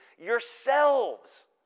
yourselves